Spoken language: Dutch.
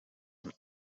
van